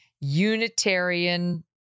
Unitarian